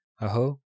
Aho